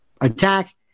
attack